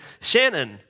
Shannon